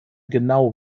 genau